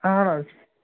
اَہن حظ